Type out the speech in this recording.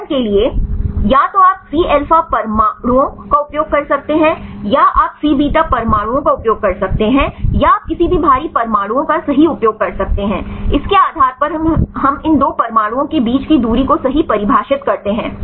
उदाहरण के लिए या तो आप C अल्फा परमाणुओं का उपयोग कर सकते हैं या आप C बीटा परमाणुओं का उपयोग कर सकते हैं या आप किसी भी भारी परमाणुओं का सही उपयोग कर सकते हैं इसके आधार पर हम इन 2 परमाणुओं के बीच की दूरी को सही परिभाषित करते हैं